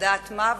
לדעת מה,